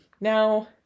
Now